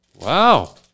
Wow